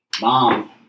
mom